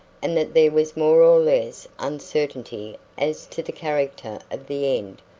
and that there was more or less uncertainty as to the character of the end,